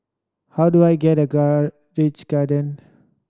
how do I get Grange Garden